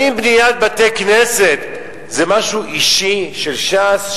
האם בניית בתי-כנסת זה משהו אישי של ש"ס,